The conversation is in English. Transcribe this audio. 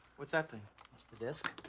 what's that thing? that's the disc.